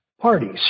parties